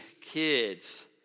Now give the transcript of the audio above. kids